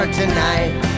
tonight